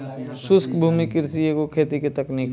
शुष्क भूमि कृषि एगो खेती के तकनीक हवे